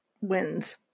wins